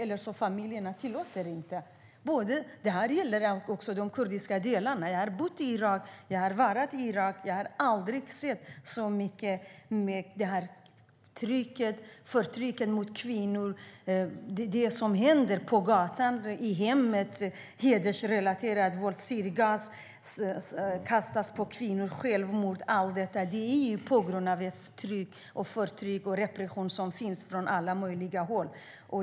Familjerna tillåter kanske inte heller att man går i skolan. Detta gäller också de kurdiska delarna. Jag har bott i Irak, och jag har varit där. Jag har aldrig sett så mycket förtryck mot kvinnor. Jag ser det som händer på gatan och i hemmet med hedersrelaterat våld, syra som kastas mot kvinnor, självmord och allt detta. Det sker på grund av det förtryck och den repression som finns från alla möjliga håll.